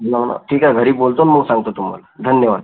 हो ना ठीक आहे घरी बोलतो मग सांगतो तुम्हाला धन्यवाद